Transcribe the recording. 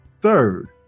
Third